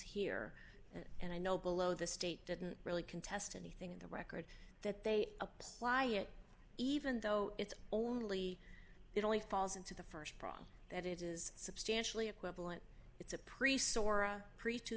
here and i know below the state didn't really contest anything in the record that they apply it even though it's only it only falls into the st prong that it is substantially equivalent it's a priest or a priest two